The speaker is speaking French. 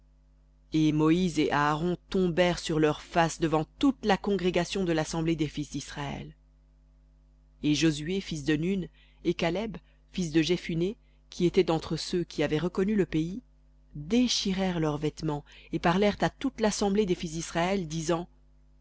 et moïse et aaron tombèrent sur leurs faces devant toute la congrégation de l'assemblée des fils disraël et josué fils de nun et caleb fils de jephunné qui étaient d'entre ceux qui avaient reconnu le pays déchirèrent leurs vêtements et parlèrent à toute l'assemblée des fils d'israël disant